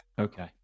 Okay